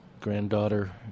granddaughter